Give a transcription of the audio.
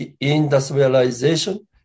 industrialization